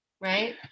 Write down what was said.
Right